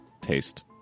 taste